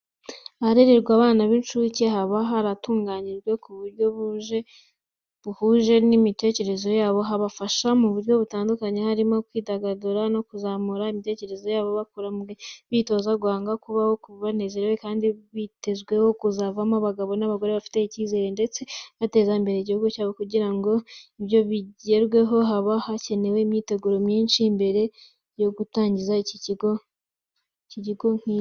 Aharererwa abana b'incuke haba haratunganijwe ku buryo buhuje n'imitekerereze yabo, habafasha mu buryo butandukanye, harimo kwidagadura no kuzamura imitekerereze yabo bakura mu bwenge, bitoza guhanga, bakabaho banezerewe kandi bitezweho kuzavamo abagabo n'abagore bifitiye icyizere, ndetse bateza imbere igihugu cyabo, kugira ngo ibyo bigerweho haba hakenewe imyiteguro myinshi mbere yo gutangiza ikigo nk'icyo.